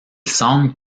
semble